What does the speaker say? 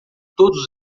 todos